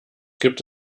gibt